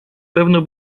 pewno